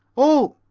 oh,